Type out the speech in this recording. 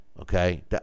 okay